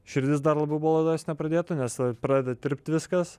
širdis dar labiau baladojas nepradėtų nes pradeda tirpt viskas